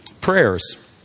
prayers